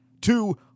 two